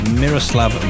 miroslav